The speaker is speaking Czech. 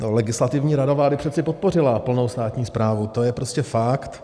Legislativní rada vlády přece podpořila plnou státní správu, to je prostě fakt.